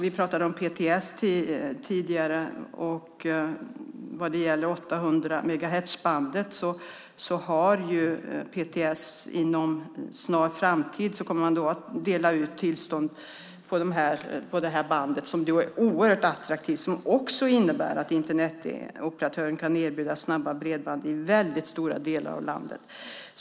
Vi pratade tidigare om PTS. När det gäller 800-megahertzbandet kommer PTS inom en snar framtid att dela ut tillstånd, något som är oerhört attraktivt och som också innebär att Internetoperatören kan erbjuda snabbt bredband i stora delar av landet.